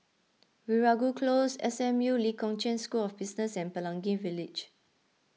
Veeragoo Close S M U Lee Kong Chian School of Business and Pelangi Village